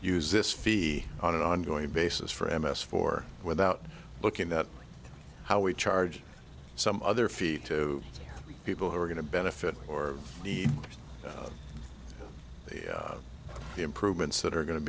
use this fee on an ongoing basis for m s for without looking at how we charge some other fee to people who are going to benefit or need the improvements that are going to